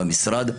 במשרד,